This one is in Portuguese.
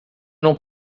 não